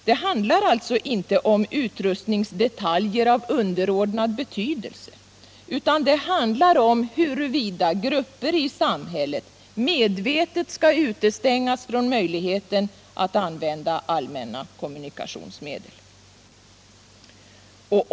Det handlar alltså inte om utrustningsdetaljer av underordnad betydelse, utan det handlar om huruvida grupper i samhället medvetet skall utestängas från möjligheten att använda allmänna kommunikationsmedel.